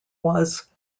was